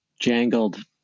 jangled